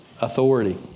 authority